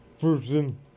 person